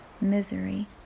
misery